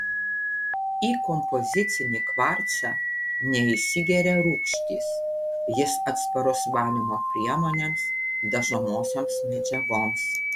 į kompozicinį kvarcą neįsigeria rūgštys jis atsparus valymo priemonėms dažomosioms medžiagoms